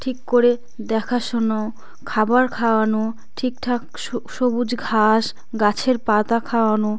ঠিক করে দেখাশুনো খাবার খাওয়ানো ঠিকঠাক সবুজ ঘাস গাছের পাতা খাওয়ানো